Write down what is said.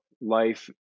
life